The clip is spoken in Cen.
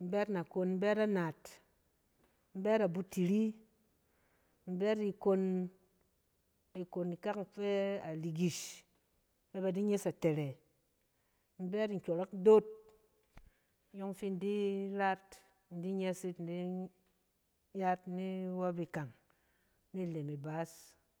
in bɛ yit nakon, in bɛ anat, in bɛ yit abutiri, in bɛ yit ikon ikak fɛ aligis fɛ ba di nyes atɛrɛ, in bɛ yit nkyɔrɔk doot ayɔng fi in di ra yit, in di nyes yit, in di ya yit ni wop e kang ni lem ibaas.